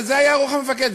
זה היה רוח המפקד.